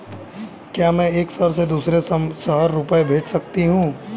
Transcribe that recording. क्या मैं एक शहर से दूसरे शहर रुपये भेज सकती हूँ?